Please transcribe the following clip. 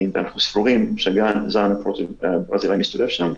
ואנחנו סבורים שהזן הברזילאי מסתובב שם,